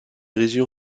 région